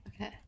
Okay